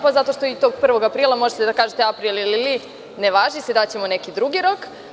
Pa, zato što i tog 1. aprila možete da kažete - aprilili, ne važi se, daćemo neki drugi rok.